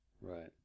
Right